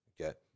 Okay